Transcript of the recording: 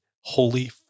Holy